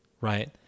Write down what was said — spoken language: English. right